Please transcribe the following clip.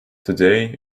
today